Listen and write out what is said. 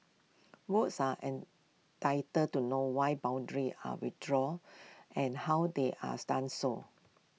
votes are entitled to know why boundaries are redrawn and how they are done so